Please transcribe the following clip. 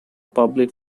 public